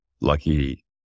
lucky